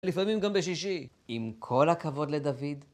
לפעמים גם בשישי, עם כל הכבוד לדוד.